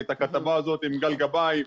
את הכתבה הזאת עם גל גבאי,